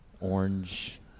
Orange